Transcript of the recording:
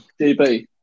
DB